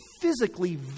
physically